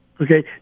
Okay